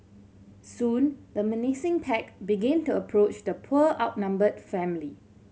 soon the menacing pack began to approach the poor outnumbered family